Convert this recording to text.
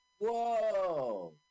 Whoa